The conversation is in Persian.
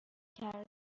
کرده